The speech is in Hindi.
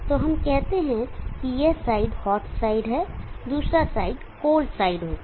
तो हम कहते हैं कि यह साइड हॉट साइड है दूसरा साइड कोल्ड साइड होगा